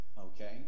okay